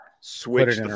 switch